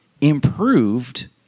improved